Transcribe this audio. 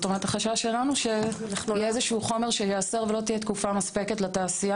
החשש שלנו שיהיה חומר שייאסר ולא תהיה תקופה מספקת לתעשייה,